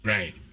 Right